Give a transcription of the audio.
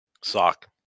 Sock